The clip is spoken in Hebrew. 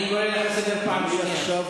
אני קורא אותך לסדר פעם שנייה.